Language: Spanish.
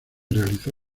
realizó